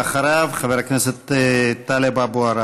אחריו חבר הכנסת טלב אבו עראר.